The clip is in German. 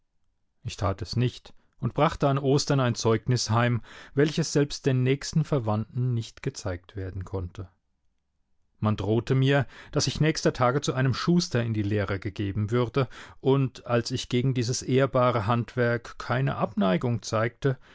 ich tat es nicht und brachte an ostern ein zeugnis heim welches selbst den nächsten verwandten nicht gezeigt werden konnte man drohte mir daß ich nächster tage zu einem schuster in die lehre gegeben würde und als ich gegen dieses ehrbare handwerk keine abneigung zeigte